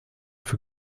für